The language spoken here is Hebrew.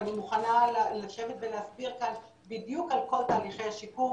ואני מוכנה לשבת ולהסביר כאן בדיוק על כל תהליכי השיקום